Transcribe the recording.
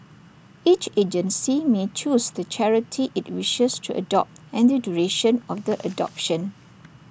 each agency may choose the charity IT wishes to adopt and the duration of the adoption